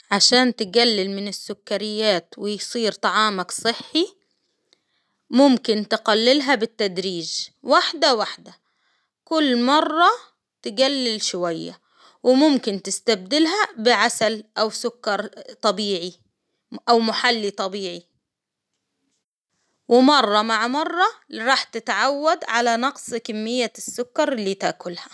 عشان تجلل من السكريات ويصير طعامك صحي، ممكن تقللها بالتدريج واحدة واحدة، كل مرة تقلل شوية، وممكن تستبدلها بعسل أو سكر طبيعي، أو محلي طبيعي ومرة مع مرة راح تتعود على نقص كمية السكر اللي تاكلها.